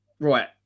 Right